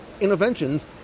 Interventions